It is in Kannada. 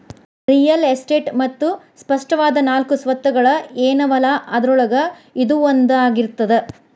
ರಿಯಲ್ ಎಸ್ಟೇಟ್ ಮತ್ತ ಸ್ಪಷ್ಟವಾದ ನಾಲ್ಕು ಸ್ವತ್ತುಗಳ ಏನವಲಾ ಅದ್ರೊಳಗ ಇದೂ ಒಂದಾಗಿರ್ತದ